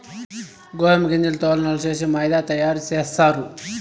గోదుమ గింజల తోల్లన్నీ ఒలిసేసి మైదా తయారు సేస్తారు